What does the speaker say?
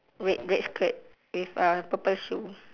red red skirt with a purple shoe